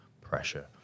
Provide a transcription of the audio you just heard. pressure